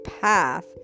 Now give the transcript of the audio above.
path